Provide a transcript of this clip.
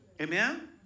Amen